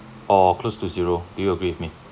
or close to zero do you agree with me